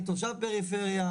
אני תושב פריפריה,